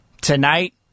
tonight